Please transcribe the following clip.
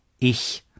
ich